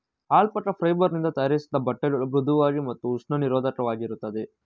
alpaca fibre ನಿಂದ ತಯಾರಿಸಿದ ಬಟ್ಟೆಗಳು ಮೃಧುವಾಗಿ ಮತ್ತು ಉಷ್ಣ ನಿರೋಧಕವಾಗಿರುತ್ತದೆ